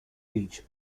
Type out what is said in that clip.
beach